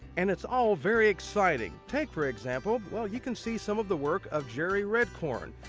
and it's all very exciting take for example well, you can see some of the work of jeri redcorn.